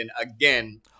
again